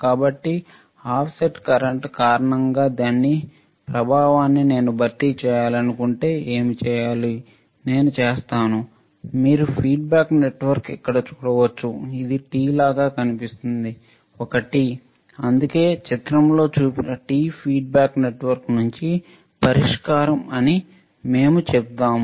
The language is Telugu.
కాబట్టి ఆఫ్సెట్ కరెంట్ కారణంగా దాని ప్రభావాన్ని నేను భర్తీ చేయాలనుకుంటే ఏమి చేయాలి నేను చేస్తాను మీరు ఫీడ్బ్యాక్ నెట్వర్క్ ఇక్కడ చూడవచ్చు ఇది T లాగా కనిపిస్తుంది ఒక T అందుకే చిత్రంలో చూపిన T ఫీడ్బ్యాక్ నెట్వర్క్ మంచి పరిష్కారం అని మేము చెప్తాము